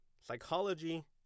psychology